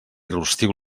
rostiu